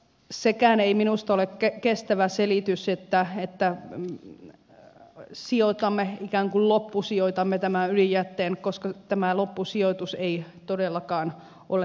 sekään ei minusta ole kestävä selitys että ikään kuin loppusijoitamme ydinjätteen koska loppusijoitus ei todellakaan ole ratkaistu